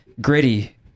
gritty